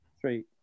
Three